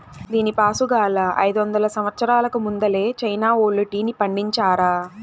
దీనిపాసుగాలా, అయిదొందల సంవత్సరాలకు ముందలే చైనా వోల్లు టీని పండించారా